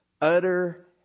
utter